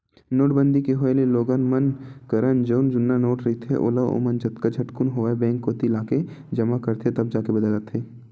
नोटबंदी के होय ले लोगन मन करन जउन जुन्ना नोट रहिथे ओला ओमन जतका झटकुन होवय बेंक कोती लाके जमा करथे तब जाके बदलाथे